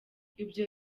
ibyo